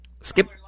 Skip